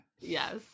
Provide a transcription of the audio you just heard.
Yes